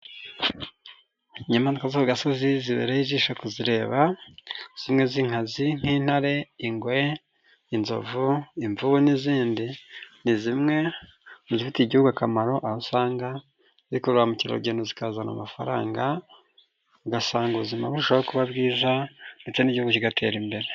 Inyamaswa zo mu gasozi zibereye ijisho kuzireba, zimwe z'inkazi ,nk'intare, ingwe, inzovu, imvubu n'izindi ni zimwe bifitiye igihugu akamaro ,aho usanga zikurura ba mukerarugendo, zikazana amafaranga ugasanga ubuzima burushaho kuba bwiza ndetse n'igihugu kigatera imbere.